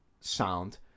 sound